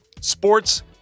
sports